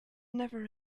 never